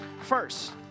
first